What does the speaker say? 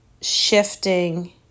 shifting